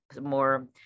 more